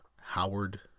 Howard